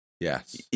Yes